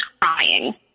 crying